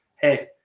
hey